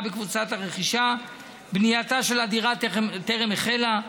בקבוצת הרכישה ובנייתה של הדירה טרם החלה,